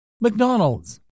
McDonald's